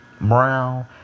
brown